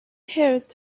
heard